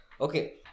okay